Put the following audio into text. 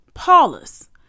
Paulus